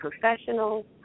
professionals